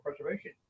preservation